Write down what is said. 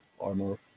armor